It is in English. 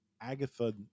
Agatha